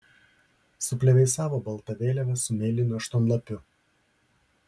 suplevėsavo balta vėliava su mėlynu aštuonlapiu